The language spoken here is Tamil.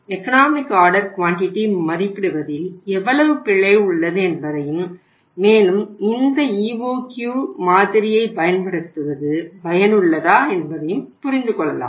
எகனாமிக் ஆர்டர் குவான்டிட்டி மதிப்பிடுவதில் எவ்வளவு பிழை உள்ளது என்பதையும் மேலும் இந்த EOQ மாதிரியைப் பயன்படுத்துவது பயனுள்ளதா என்பதையும் புரிந்துகொள்ளலாம்